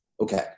okay